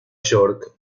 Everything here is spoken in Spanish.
york